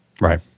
Right